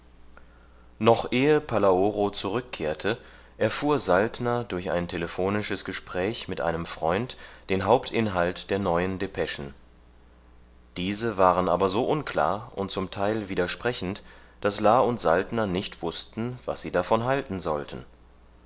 noch ehe palaoro zurückkehrte erfuhr saltner durch ein telephonisches gespräch mit einem freund den hauptinhalt der neuen depeschen diese waren aber so unklar und zum teil widersprechend daß la und saltner nicht wußten was sie davon halten sollten